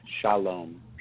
Shalom